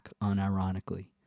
unironically